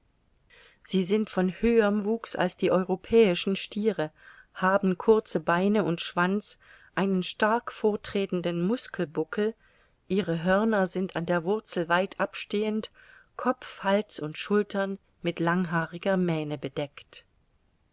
sie sind von höherm wuchs als die europäischen stiere haben kurze beine und schwanz einen stark vortretenden muskelbuckel ihre hörner sind an der wurzel weit abstehend kopf hals und schultern mit langhaariger mähne bedeckt